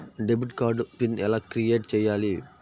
Debit card PIN ఎలా create చెయ్యాలి?